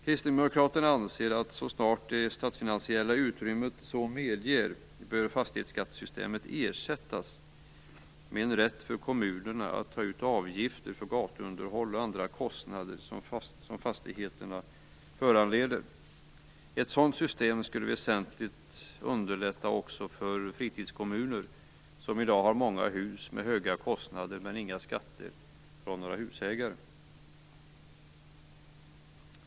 Kristdemokraterna anser, att så snart det statsfinansiella utrymmer så medger bör fastighetsskattesystemet ersättas med en rätt för kommunerna att ta ut avgifter för gatuunderhåll och andra kostnader som fastigheterna föranleder. Ett sådant system skulle väsentligt underlätta också för fritidskommuner som i dag har många hus och höga kostnader men inga skatter från husägare.